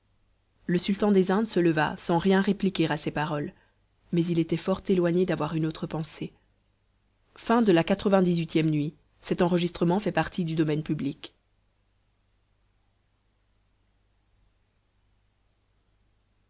le sultan des indes se leva sans rien répliquer à ces paroles mais il était fort éloigné d'avoir une autre pensée xcix nuit